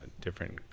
different